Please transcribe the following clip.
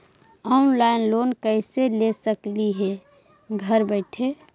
Online loan कैसे ले सकली हे घर बैठे?